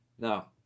Now